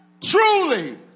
truly